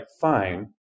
fine